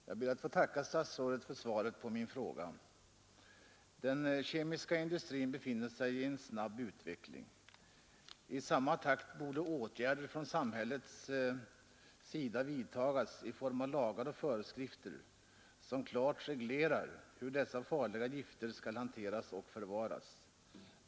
Herr talman! Jag ber att få tacka statsrådet för svaret på min fråga. Den kemiska industrin befinner sig i en snabb utveckling. I samma takt borde åtgärder från samhällets sida vidtas i form av att lagar stiftades och föreskrifter utfärdades som klart reglerade hur dessa farliga gifter skall hanteras och förvaras.